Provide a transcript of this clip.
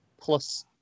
plus